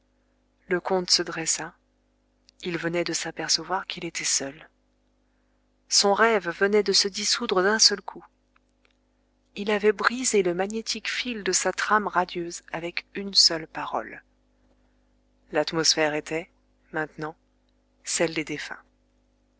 le comte se dressa il venait de s'apercevoir qu'il était seul son rêve venait de se dissoudre d'un seul coup il avait brisé le magnétique fil de sa trame radieuse avec une seule parole l'atmosphère était maintenant celle des défunts